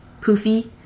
poofy